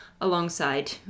alongside